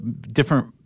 different